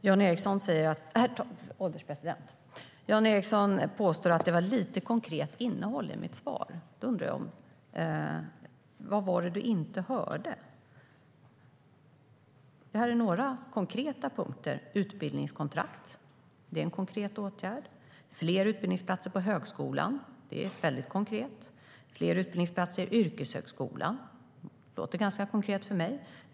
Herr ålderspresident! Jan Ericson påstår att det var lite konkret innehåll i mitt svar. Då undrar jag vad det var han inte hörde. Det här är några konkreta punkter: Utbildningskontrakt är en konkret åtgärd. Fler utbildningsplatser på högskolan är väldigt konkret. Fler utbildningsplatser i yrkeshögskolan låter ganska konkret för mig.